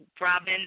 Robin